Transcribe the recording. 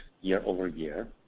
year-over-year